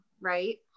right